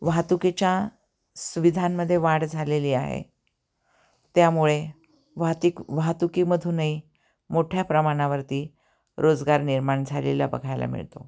वाहतुकीच्या सुविधांमध्ये वाढ झालेली आहे त्यामुळे वाहतीक वाहतुकीमधूनही मोठ्या प्रमाणावरती रोजगार निर्माण झालेला बघायला मिळतो